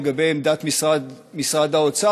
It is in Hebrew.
לגבי עמדת משרד האוצר,